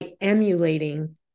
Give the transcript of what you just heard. emulating